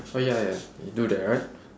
oh ya ya you do that right